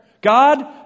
God